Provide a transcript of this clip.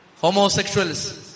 Homosexuals